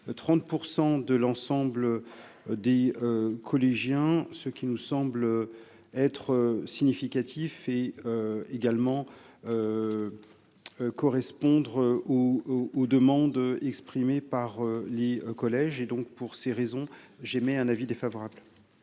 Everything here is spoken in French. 30 % de l'ensemble des collégiens, ce qui nous semble être significatif et également correspondre ou demandes exprimées par les collèges et donc pour ces raisons, j'émets un avis défavorable.